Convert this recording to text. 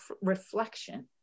reflection